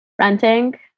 renting